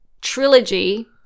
trilogy